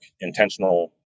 intentional